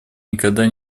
никогда